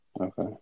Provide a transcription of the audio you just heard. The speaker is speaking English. Okay